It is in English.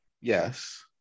Yes